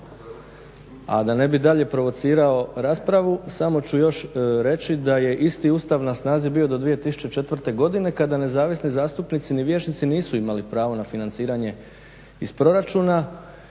A da ne bih dalje provocirao raspravu samo ću još reći da je isti Ustav na snazi bio do 2004. godine kada nezavisni zastupnici ni vijećnici nisu imali pravo na financiranje iz proračuna.